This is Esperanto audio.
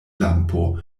lampo